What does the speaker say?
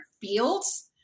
fields